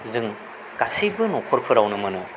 जों गासैबो न'खरफोरावनो मोनो